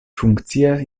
funkcias